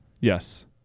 Yes